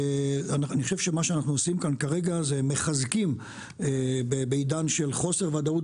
אני חושב שמה שאנחנו עושים זה מחזקים בעידן של חוסר ודאות